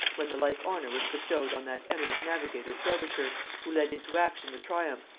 when the like honor was bestowed on that eminent navigator frobisher, who led into action the triumph,